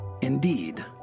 Indeed